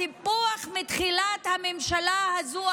הסיפוח מתחילת הממשלה הזו,